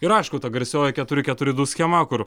ir aišku ta garsioji keturi keturi du schema kur